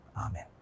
Amen